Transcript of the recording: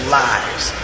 lives